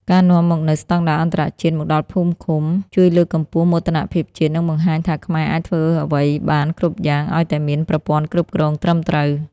ការនាំមកនូវ "ស្ដង់ដារអន្តរជាតិ" មកដល់ភូមិឃុំ ជួយលើកកម្ពស់មោទនភាពជាតិ និងបង្ហាញថាខ្មែរអាចធ្វើអ្វីបានគ្រប់យ៉ាងឱ្យតែមានប្រព័ន្ធគ្រប់គ្រងត្រឹមត្រូវ។